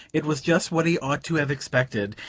it was just what he ought to have expected,